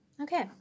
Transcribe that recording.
okay